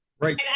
Right